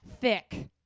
Thick